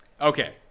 Okay